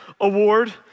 Award